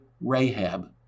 Rahab